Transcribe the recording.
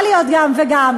היא יכולה להיות גם וגם.